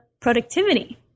productivity